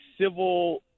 civil